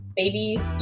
babies